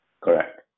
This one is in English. Correct